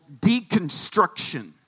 deconstruction